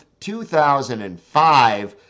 2005